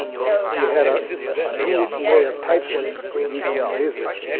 they had ah a new way of typesetting using lasers.